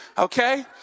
Okay